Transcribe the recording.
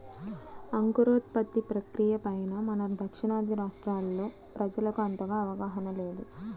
అంకురోత్పత్తి ప్రక్రియ పైన మన దక్షిణాది రాష్ట్రాల్లో ప్రజలకు అంతగా అవగాహన లేదు